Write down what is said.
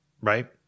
right